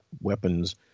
weapons